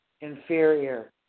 inferior